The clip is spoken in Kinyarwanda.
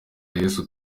yesu